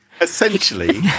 essentially